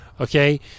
Okay